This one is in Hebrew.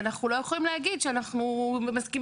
ואנחנו לא יכולים להגיד שאנחנו מסכימים.